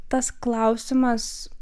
tas klausimas